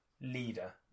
leader